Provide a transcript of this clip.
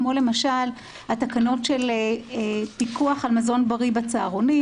כמו למשל התקנות של פיקוח על מזון בריא בצהרונים,